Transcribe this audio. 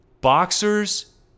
boxers